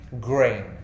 grain